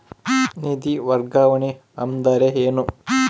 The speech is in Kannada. ನಿಧಿ ವರ್ಗಾವಣೆ ಅಂದರೆ ಏನು?